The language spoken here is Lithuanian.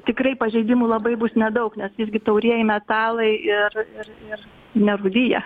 tikrai pažeidimų labai bus nedaug nes visgi taurieji metalai ir ir ir nerūdija